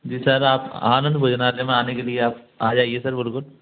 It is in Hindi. जी सर आप आनंद भोजनालय में आने के लिए आप आ जाइए सर बिल्कुल